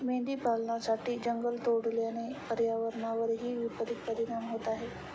मेंढी पालनासाठी जंगल तोडल्याने पर्यावरणावरही विपरित परिणाम होत आहे